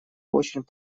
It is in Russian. очень